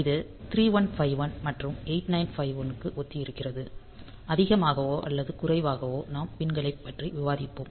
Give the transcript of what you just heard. இது 3151 மற்றும் 8951 க்கும் ஒத்திருக்கிறது அதிகமாகவோ அல்லது குறைவாகவோ நாம் பின் களைப் பற்றி விவாதித்தோம்